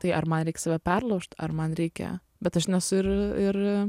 tai ar man reik save perlaužt ar man reikia bet aš nesu ir ir